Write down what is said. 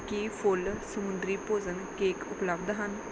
ਕੀ ਫੁੱਲ ਸਮੁੰਦਰੀ ਭੋਜਨ ਕੇਕ ਉਪਲੱਬਧ ਹਨ